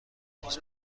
میز